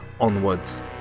onwards